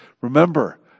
Remember